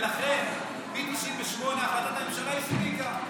ולכן, מ-1998 החלטת הממשלה הספיקה.